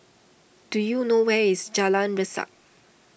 do you know where is Jalan Resak